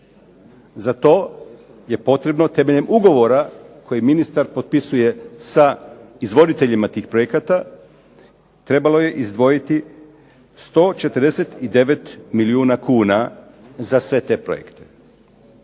Za to je potrebno temeljem ugovora koji ministar potpisuje sa izvoditeljima tih projekata, trebalo je izdvojiti 149 milijuna kuna za sve te projekte.